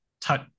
touch